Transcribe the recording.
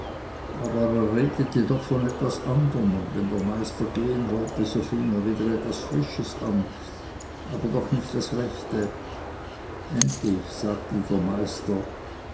aber er redete doch von etwas anderm und wenn der meister gehen wollte so fing er wieder etwas frisches an aber doch nicht das rechte endlich sagte der meister